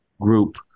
group